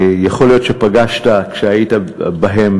יכול להיות שפגשת בהן,